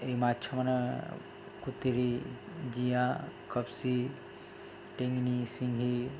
ଏଇ ମାଛମାନେ କୁତିରି ଜିଆଁ କପ୍ସି ଟେଙ୍ଗନି ସିଙ୍ଘି